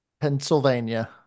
Pennsylvania